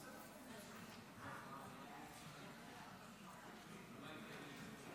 ההצבעה: 35 מתנגדים,